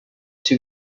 two